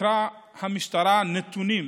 סקרה המשטרה נתונים,